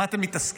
במה אתם מתעסקים.